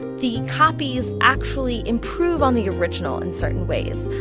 the copies actually improved on the original in certain ways.